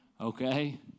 Okay